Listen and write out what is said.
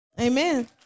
Amen